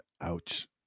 ouch